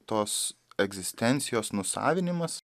tos egzistencijos nusavinimas